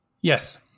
Yes